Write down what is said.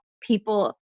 people